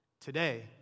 today